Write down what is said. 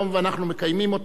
ואנחנו מקיימים אותה